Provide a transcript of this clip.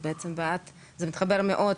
זה מתחבר מאוד,